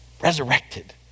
Resurrected